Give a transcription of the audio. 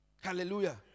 Hallelujah